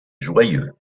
joyeux